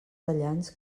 tallants